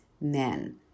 men